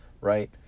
right